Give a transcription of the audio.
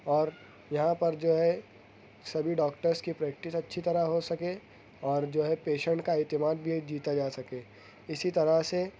اور یہاں پر جو ہے سبھی ڈاکٹرس کے پریکٹس اچھی طرح ہو سکے اور جو ہے پیشینٹ کا اعتماد بھی جیتا جا سکے اسی طرح سے